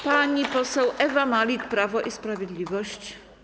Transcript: Pani poseł Ewa Malik, Prawo i Sprawiedliwość.